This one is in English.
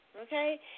okay